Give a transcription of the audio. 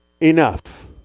Enough